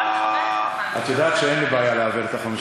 את לא מרשה לי לדבר אתו?